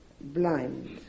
blind